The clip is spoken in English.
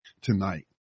tonight